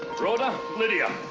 rhoda, lydia.